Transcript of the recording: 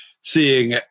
seeing